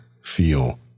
feel